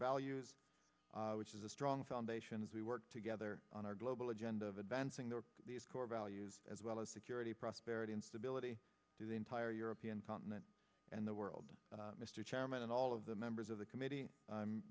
values which is a strong foundations we work together on our global agenda of advancing their core values as well as security prosperity and stability to the entire european continent and the world mr chairman and all of the members of the committee i'm